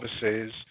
services